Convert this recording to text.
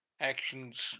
actions